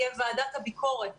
תהיה ועדת הביקורת